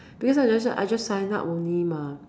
because I just I just sign up only mah